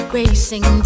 racing